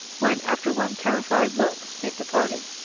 when, after one terrified look, it departed.